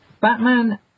Batman